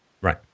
Right